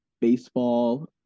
baseball